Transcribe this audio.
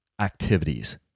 activities